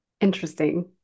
interesting